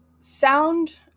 sound